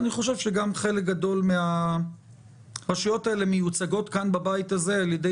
חלק מהרשויות האלו מיוצגות בבית הזה על ידי